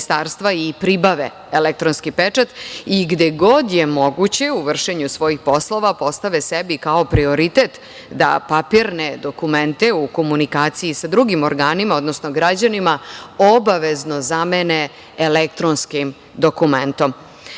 i pribave elektronski pečat i gde god je moguće u vršenju svojih poslova postave sebi kao prioritet da papirne dokumente u komunikaciji sa drugim organima, odnosno građanima obavezno zamene elektronskim dokumentom. Na